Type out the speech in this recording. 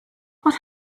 what